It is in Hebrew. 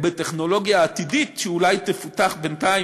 ובטכנולוגיה עתידית שאולי תפותח בינתיים,